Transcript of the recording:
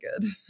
good